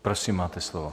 Prosím, máte slovo.